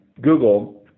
Google